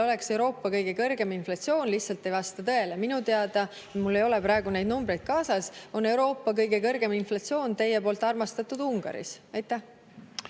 oleks Euroopa kõige kõrgem inflatsioon, lihtsalt ei vasta tõele. Minu teada – mul ei ole praegu neid numbreid kaasas – on Euroopa kõige kõrgem inflatsioon teie poolt armastatud Ungaris. Aitäh!